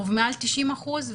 מעל 90 אחוזים,